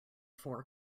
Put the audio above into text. four